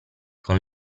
con